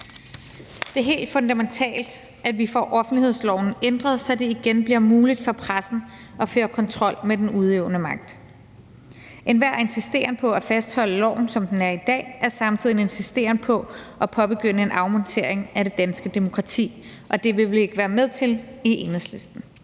Det er helt fundamentalt, at vi får offentlighedsloven ændret, så det igen bliver muligt for pressen at føre kontrol med den udøvende magt. Enhver insisteren på at fastholde loven, som den er i dag, er samtidig en insisteren på at påbegynde en afmontering af det danske demokrati, og det vil vi ikke være med til i Enhedslisten.